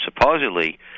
supposedly